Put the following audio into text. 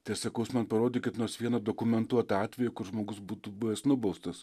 tai aš sakau jūs man parodykit nors vieną dokumentuotą atvejį kur žmogus būtų buvęs nubaustas